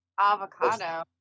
Avocado